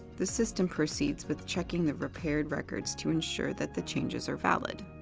the system proceeds with checking the repaired records to ensure that the changes are valid.